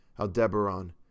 Aldebaran